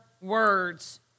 words